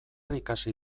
ikasi